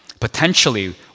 potentially